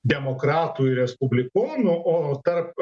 demokratų ir respublikonų o tarp